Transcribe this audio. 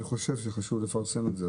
אני חושב שחשוב לפרסם את זה.